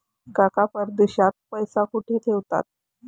काका परदेशात पैसा कुठे ठेवतात?